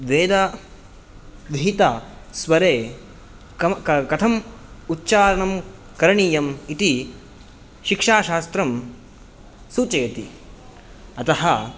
वेदविहितस्वरे कम् कथम् उच्चारणं करणीयम् इति शिक्षाशास्त्रं सूचयति अतः